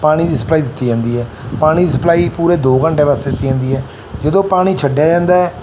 ਪਾਣੀ ਦੀ ਸਪਲਾਈ ਦਿੱਤੀ ਜਾਂਦੀ ਹੈ ਪਾਣੀ ਦੀ ਸਪਲਾਈ ਪੂਰੇ ਦੋ ਘੰਟੇ ਵਾਸਤੇ ਦਿੱਤੀ ਜਾਂਦੀ ਹੈ ਜਦੋਂ ਪਾਣੀ ਛੱਡਿਆ ਜਾਂਦਾ